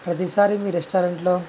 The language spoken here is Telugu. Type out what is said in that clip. ప్రతిసారి మీ రెస్టారెంట్లో